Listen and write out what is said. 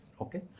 Okay